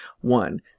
One